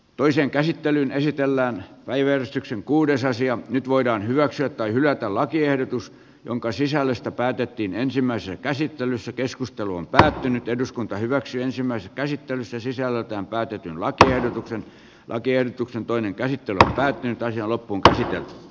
toisen käsittelyn esitellä everstiksi kuudes asian nyt voidaan hyväksyä tai hylätä lakiehdotus jonka sisällöstä päätettiin ensimmäisessä käsittelyssä keskustelu on päättynyt eduskunta hyväksyi ensimmäisen käsittelyssä sisällöltään päätetyn lakiehdotuksen lakiehdotuksen toinen käsittely on päättynyt on jo loppuun käsitelty